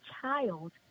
child